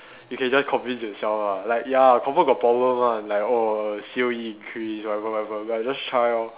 you can just convince yourself lah like ya confirm got problem one like err C_O_E increase whatever whatever ya just try lor